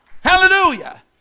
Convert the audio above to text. Hallelujah